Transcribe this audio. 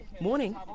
Morning